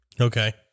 Okay